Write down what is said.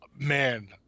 Man